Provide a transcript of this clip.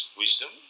wisdom